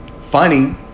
Funny